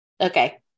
Okay